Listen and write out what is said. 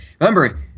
remember